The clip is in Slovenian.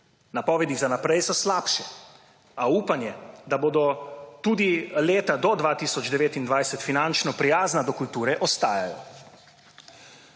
Napovedi za naprej so slabše, a upanje, da bodo tudi leta do 2029 finančno prijazna do kulture, ostajajo.